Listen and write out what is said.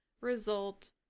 result